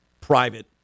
private